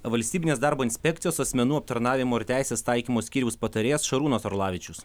valstybinės darbo inspekcijos asmenų aptarnavimo ir teisės taikymo skyriaus patarėjas šarūnas orlavičius